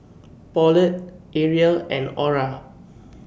Pauletta Ariel and Aura